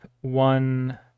one